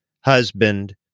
husband